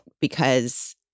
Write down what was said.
because-